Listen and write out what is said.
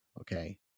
okay